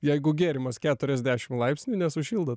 jeigu gėrimas keturiasdešim laipsnių nesušildo